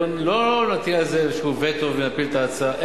שלא נפיל על זה איזה וטו ונפיל את ההצעה,